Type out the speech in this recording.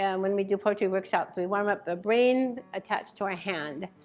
and when we do poetry workshops, we warm up the brain attached to our hand.